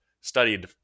studied